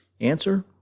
Answer